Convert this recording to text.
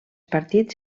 partits